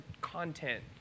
content